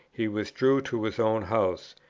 he withdrew to his own house,